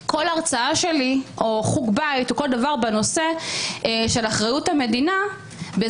כל הרצאה שלי או חוג בית בנושא של אחריות המדינה אני תמיד